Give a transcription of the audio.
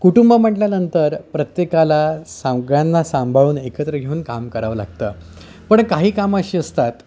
कुटुंब म्हटल्यानंतर प्रत्येकाला सगळ्यांना सांभाळून एकत्र घेऊन काम करावं लागतं पण काही कामं अशी असतात